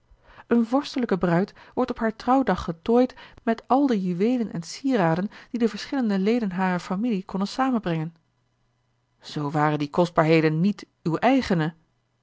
eene vorstelijke bruid wordt op haar trouwdag getooid met al de juweelen en sieraden die de verschillende leden harer familie konnen samenbrengen zoo waren die kostbaarheden niet uwe eigene